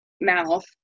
mouth